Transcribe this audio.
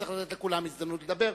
צריך לתת לכולם הזדמנות לדבר.